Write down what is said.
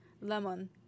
Lemon